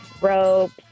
ropes